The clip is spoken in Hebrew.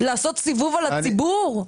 לעשות סיבוב על הציבור?